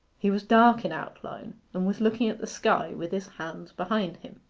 he was dark in outline, and was looking at the sky, with his hands behind him.